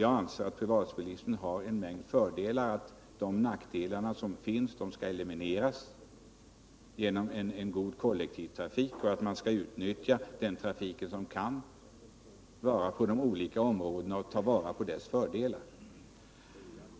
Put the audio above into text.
Jag anser att privatbilismen har en mängd fördelar och att de nackdelar som finns skall elimineras genom att vi har en god kollektivtrafik i de områden där man kan ha en sådan och genom att vi tar vara på dess fördelar.